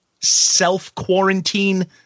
self-quarantine